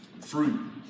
fruit